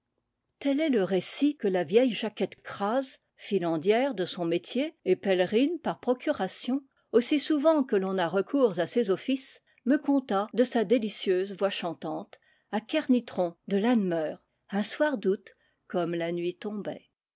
tel est le récit que la vieille jacquette craz filandière de son métier et pèlerine par procuration aussi souvent que l'on a recours à ses offices me conta de sa délicieuse voix chantante à kernitron de lanmeur un soir d'août comme la nuit tombait